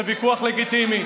זה ויכוח לגיטימי.